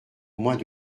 moins